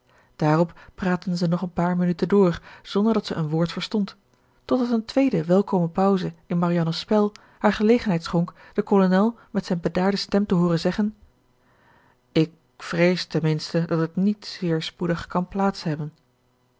daarop praatten ze nog een paar minuten door zonder dat zij een woord verstond totdat een tweede welkome pauze in marianne's spel haar gelegenheid schonk den kolonel met zijn bedaarde stem te hooren zeggen ik vrees ten minste dat het niet zeer spoedig kan plaats hebben